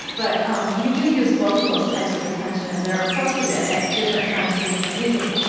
but um you do use both of those types of attention and their appropriate at different times for different reasons.